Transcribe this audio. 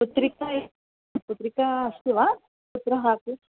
पुत्रिका पुत्रिका अस्ति वा पुत्रः अपि